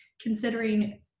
considering